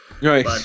Right